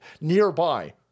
nearby